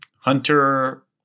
Hunter